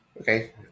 Okay